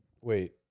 Wait